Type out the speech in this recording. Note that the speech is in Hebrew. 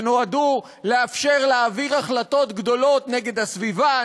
שנועדו לאפשר להעביר החלטות גדולות נגד הסביבה,